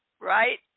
right